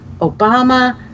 Obama